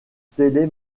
télé